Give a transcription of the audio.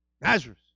Nazareth